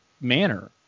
manner